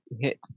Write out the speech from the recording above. hit